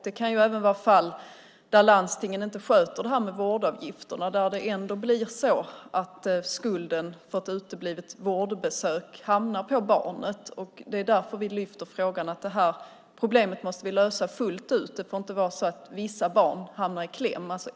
Det kan även finnas fall där landstingen inte sköter det här med vårdavgifterna, där det ändå blir så att skulden för ett uteblivet vårdbesök hamnar på barnet. Det är därför vi lyfter upp frågan om att vi måste lösa det här problemet fullt ut. Det får inte vara så att vissa barn hamnar i kläm.